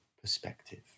perspective